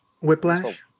Whiplash